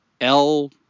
L-